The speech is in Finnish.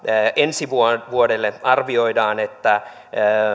ensi vuodelle arvioidaan että